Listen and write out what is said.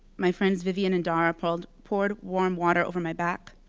my friends vivian and dara poured poured warm water over my back.